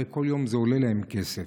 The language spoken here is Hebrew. הרי כל יום זה עולה להם כסף.